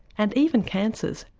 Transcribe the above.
and even cancers,